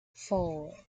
four